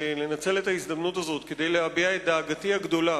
לנצל את ההזדמנות הזאת כדי להביע את דאגתי הגדולה